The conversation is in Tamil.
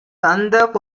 தந்த